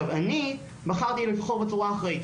אני בחרתי בצורה אחראית.